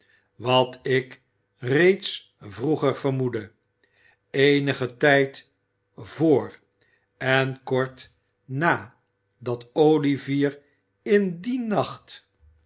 wat ik reeds vroeger vermoedde eenigen tijd vr en kort nadat olivier in dien nacht